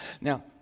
Now